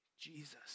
Jesus